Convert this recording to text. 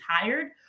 tired